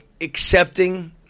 accepting